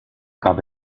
gab